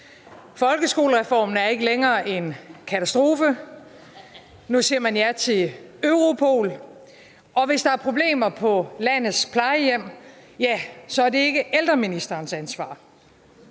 Folkeskolereformen er ikke længere en katastrofe. Nu siger man ja til Europol, og hvis der er problemer på landets plejehjem, ja, så er det ikke ældreministerens ansvar.